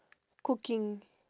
cooking